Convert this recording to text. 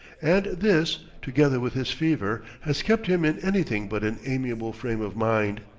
and this, together with his fever, has kept him in anything but an amiable frame of mind.